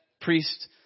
priest